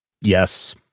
Yes